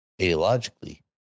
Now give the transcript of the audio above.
ideologically